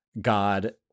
God